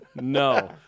No